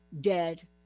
dead